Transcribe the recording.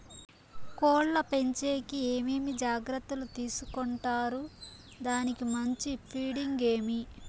కోళ్ల పెంచేకి ఏమేమి జాగ్రత్తలు తీసుకొంటారు? దానికి మంచి ఫీడింగ్ ఏమి?